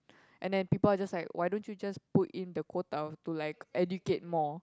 and then people are just like why don't you just put in the quota to like educate more